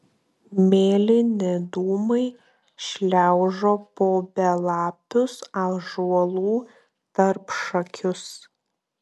mėlyni dūmai šliaužo po belapius ąžuolų tarpšakius